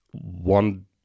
one